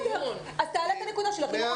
בסדר, אז תעלה את הנקודה של החינוך